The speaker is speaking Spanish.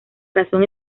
razón